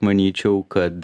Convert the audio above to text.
manyčiau kad